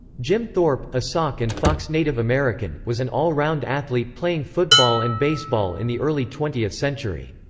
jim thorpe, a sauk and fox native american, was an all-round athlete playing football and baseball in the early twentieth century.